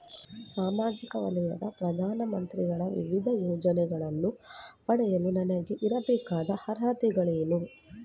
ಸಾಮಾಜಿಕ ವಲಯದ ಪ್ರಧಾನ ಮಂತ್ರಿಗಳ ವಿವಿಧ ಯೋಜನೆಗಳನ್ನು ಪಡೆಯಲು ನನಗೆ ಇರಬೇಕಾದ ಅರ್ಹತೆಗಳೇನು?